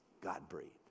God-breathed